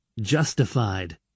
justified